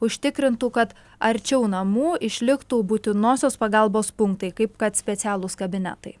užtikrintų kad arčiau namų išliktų būtinosios pagalbos punktai kaip kad specialūs kabinetai